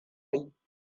yi